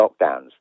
lockdowns